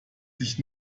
sich